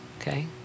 okay